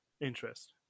interest